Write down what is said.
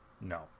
no